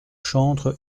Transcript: chantres